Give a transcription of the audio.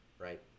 Right